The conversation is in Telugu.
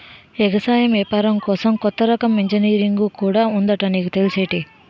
ఎగసాయం ఏపారం కోసం కొత్త రకం ఇంజనీరుంగు కూడా ఉందట నీకు తెల్సేటి?